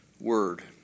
word